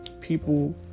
People